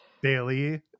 Bailey